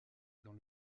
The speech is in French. dans